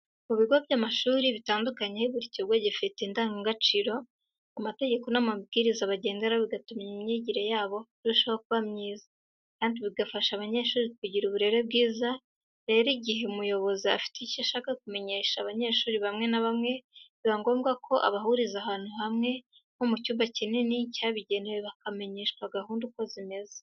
Mu bigo by'amashuri bitandukanye buri kigo kiba gifite indangagaciro, amategeko n'amabwiriza bagenderaho bigatuma imyigire yabo irushaho kuba myiza kandi bigafasha abanyeshuri kugira uburere bwiza, rero mu gihe umuyobozi afite icyo ashaka kumenyesha abanyeshuri bamwe na bamwe biba ngombwa ko abahuriza ahantu hamwe nko mu cyumba kinini cyabigenewe bakabamenyesha gahunda uko zimeze.